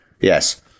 Yes